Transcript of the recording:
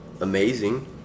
amazing